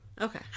Okay